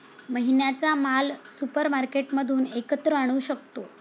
महिन्याचा माल सुपरमार्केटमधून एकत्र आणू शकतो